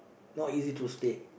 not easy to stay